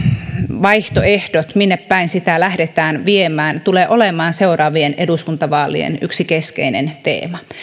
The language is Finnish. vaihtoehdot minne päin sitä lähdetään viemään tulevat olemaan seuraavien eduskuntavaalien yksi keskeinen teema